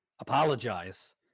apologize